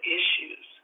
issues